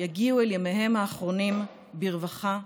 יגיעו אל ימיהם האחרונים ברווחה,